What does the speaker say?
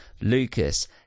Lucas